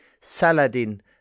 Saladin